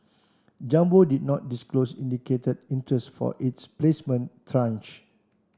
jumbo did not disclose indicated interest for its placement tranche